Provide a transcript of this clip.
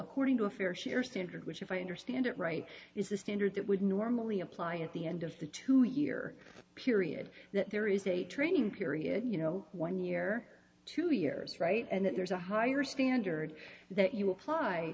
according to a fair share standard which if i understand it right is the standard that would normally apply at the end of the two year period that there is a training period you know one year two years right and that there's a higher standard that you apply